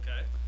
Okay